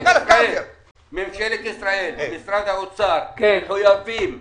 ממשלת ישראל ומשרד האוצר מחויבים